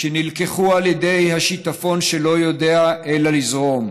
שנלקחו על ידי השיטפון שלא יודע אלא לזרום.